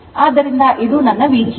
ಆದ್ದರಿಂದ ಇದು ನನ್ನ Vg